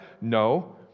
No